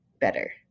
better